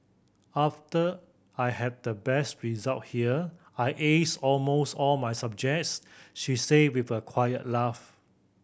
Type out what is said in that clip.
after I had the best result here I aced almost all my subjects she say with a quiet laugh